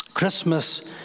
Christmas